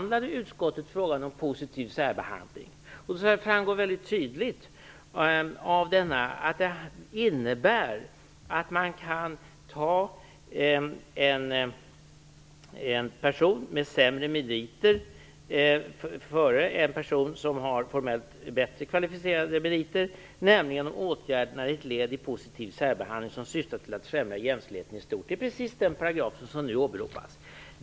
Det framgick då väldigt tydligt att man kan ta en person med sämre meriter före en person som har formellt bättre kvalificerande meriter, nämligen om åtgärden är ett led i en positiv särbehandling som syftar till att främja jämställdheten i stort. Det är just den paragrafen som nu åberopas.